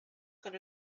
con